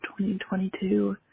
2022